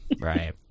Right